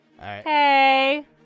Hey